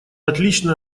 отличная